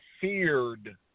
feared